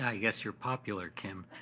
yeah guess you're popular, kim.